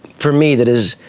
for me, that is,